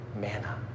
Manna